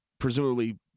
presumably